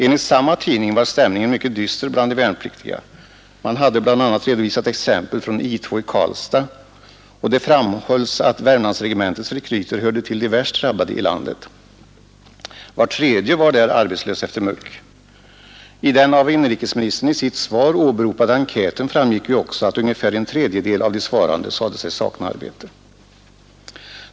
Enligt samma tidning var stämningen mycket dyster bland de värnpliktiga. Man redovisade bl.a. exempel från I 2 i Karlstad, och det framhölls därvid att Värmlandsregementets rekryter hörde till de värst drabbade i landet. Var tredje var där arbetslös efter utryckningen. I den av inrikesministern åberopade enkäten framgick också att ungefär en tredjedel av de svarande sade sig sakna arbete.